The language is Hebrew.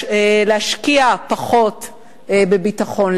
להשקיע פחות בביטחון,